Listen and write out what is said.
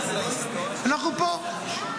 אנחנו פה.